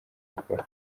rukora